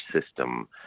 system